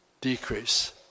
decrease